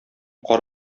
кар